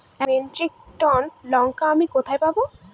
এক metric ton লঙ্কা আমি কোথায় পাবো?